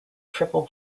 triple